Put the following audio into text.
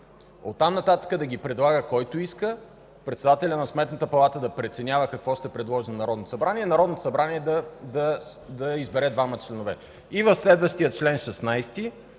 От там нататък да ги предлага който иска, председателят на Сметната палата да преценява какво ще предложи на Народното събрание и Народното събрание да избере двама членове. И в следващия чл. 16,